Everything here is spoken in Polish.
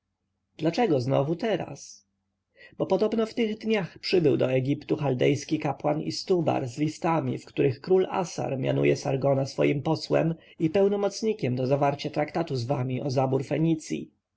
dlaczego znowu teraz bo podobno w tych dniach przybył do egiptu chaldejski kapłan istubar z listami w których król assar mianuje sargona swoim posłem i pełnomocnikiem do zawarcia traktatu z wami o zabór